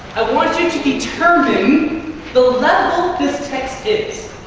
i want you to determine the level this text is.